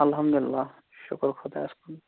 اَلحَمدُاللہ شُکُر خۄدایَس کُن